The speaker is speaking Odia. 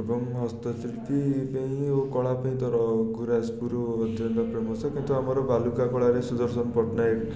ଏବଂ ହସ୍ତଶିଳ୍ପୀ ପାଇଁ ଓ କଳା ପାଇଁ ତ ରଘୁରାଜପୁର ଅତ୍ୟନ୍ତ ପ୍ରସିଦ୍ଧ କିନ୍ତୁ ଆମ ବାଲୁକା କଳାରେ ସୁଦର୍ଶନ ପଟ୍ଟନାୟକ